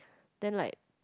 then like